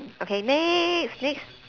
okay next next